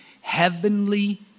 heavenly